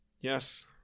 Yes